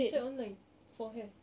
she sell online for hair